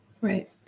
right